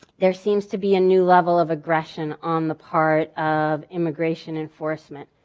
there seems to be a new level of aggression on the part of immigration enforcement.